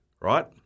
right